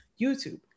YouTube